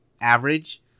average